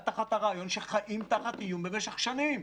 תחת הרעיון שחיים תחת איום במשך שנים,